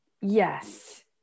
Yes